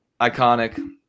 Iconic